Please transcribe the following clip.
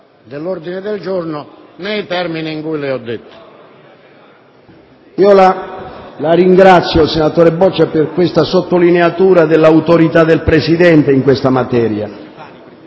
dell'ordine del giorno, nei termini in cui le ho riferito.